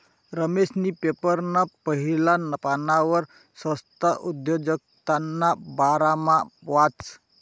रमेशनी पेपरना पहिला पानवर संस्था उद्योजकताना बारामा वाचं